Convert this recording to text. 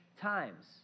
times